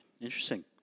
Interesting